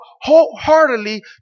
Wholeheartedly